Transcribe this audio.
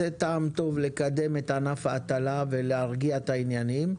טעם טוב לקדם את ענף ההטלה ולהרגיע את העניינים,